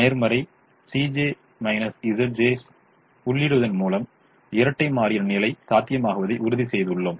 நேர்மறை Cj Zj's ஐ உள்ளிடுவதன் மூலம் இரட்டை மாறியின் நிலை சாத்தியமாகுவதை உறுதிசெய்துள்ளோம்